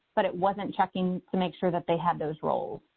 but it wasn't checking to make sure that they had those roles.